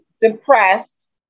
depressed